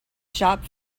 shop